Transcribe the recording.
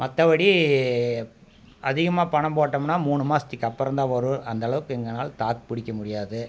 மற்றபடி அதிகமாக பணம் போட்டமுன்னா மூணு மாதத்துக்கு அப்பறம்தான் வரும் அந்த அளவுக்கு எங்கள்னால தாக்கு பிடிக்க முடியாது